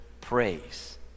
praise